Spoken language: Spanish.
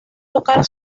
tocar